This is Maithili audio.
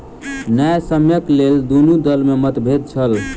न्यायसम्यक लेल दुनू दल में मतभेद छल